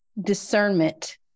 discernment